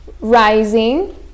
rising